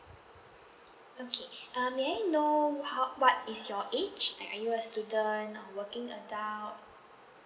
okay uh may I know how what is your age and are you a student or working adult